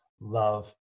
love